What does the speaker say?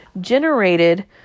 generated